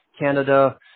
Canada